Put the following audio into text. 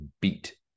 beat